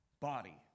body